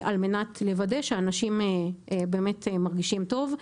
על מנת לוודא שאנשים באמת מרגישים טוב.